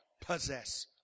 possess